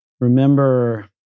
remember